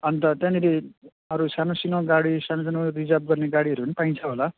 अन्त त्यहाँनिर अरू सानो सानो गाडी सानो सानो रिजर्भ गर्ने गाडीहरू पनि पाइन्छ होला